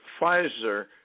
Pfizer